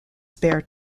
spare